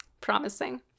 promising